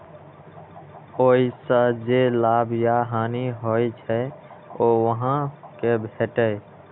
ओइ सं जे लाभ या हानि होइ छै, ओ अहां कें भेटैए